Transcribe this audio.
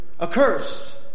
accursed